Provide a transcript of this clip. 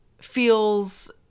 feels